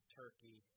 turkey